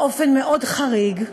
באופן מאוד חריג,